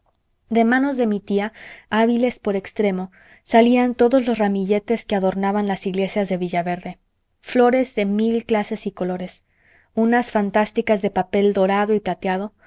de manos de mi tía hábiles por extremo salían todos los ramilletes que adornaban las iglesias de villaverde flores de mil clases y colores unas fantásticas de papel dorado y plateado